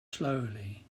slowly